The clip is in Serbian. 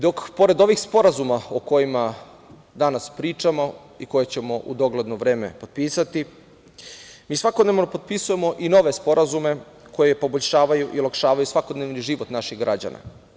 Dok pored ovih sporazuma o kojima danas pričamo i koje ćemo u dogledno vreme potpisati, mi svakodnevno potpisujemo i nove sporazume koji poboljšavaju i olakšavaju svakodnevni život naših građana.